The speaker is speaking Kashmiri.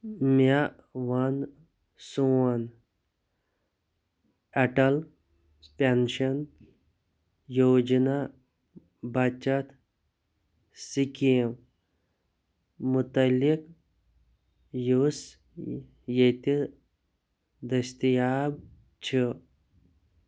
مےٚ وَن سون اٮ۪ٹَل پٮ۪نشَن یوجنا بَچت سِکیٖم مُتعلِق یُس ییٚتہِ دٔستیاب چھِ